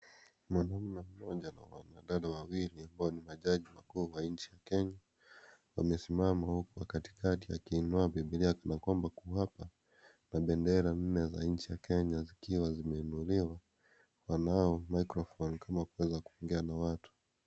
Mwanaume mmoja na wanadada wawili wamesimama huku wa katikati akiinua Bibilia kana kwamba ni kuapa. Mabendera nne za nchi za Kenya zikiwa zimeinuliwa. Wanao microphone kama kuweza kuongea na watu.